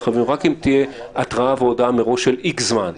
רק אם תהיה התראה והודעה מראש של זמן מסוים,